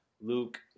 Luke